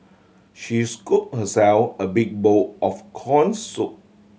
she scoop herself a big bowl of corn soup